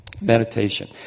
Meditation